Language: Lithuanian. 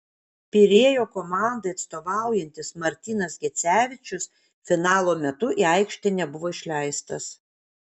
pirėjo komandai atstovaujantis martynas gecevičius finalo metu į aikštę nebuvo išleistas